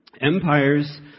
empires